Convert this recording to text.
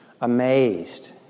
amazed